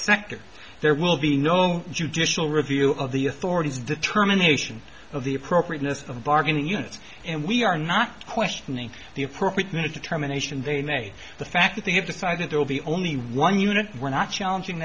sector there will be no judicial review of the authorities determination of the appropriateness of bargaining units and we are not questioning the appropriateness determination they may the fact that they have decided there will be only one unit we're not challenging